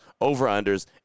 over-unders